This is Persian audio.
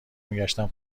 میگشتم